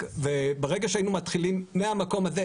וברגע שהיינו מתחילים מהמקום הזה,